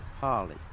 Holly